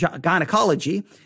Gynecology